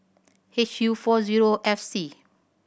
H U four zero F C